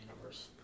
universe